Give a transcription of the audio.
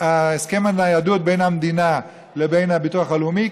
הסכם הניידות בין המדינה לבין הביטוח הלאומי,